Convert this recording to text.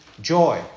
joy